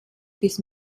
bis